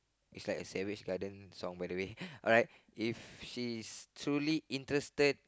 it's like a savage lah then sound but the way alright if she truly interested